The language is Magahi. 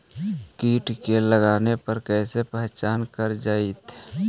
कीट के लगने पर कैसे पहचान कर जयतय?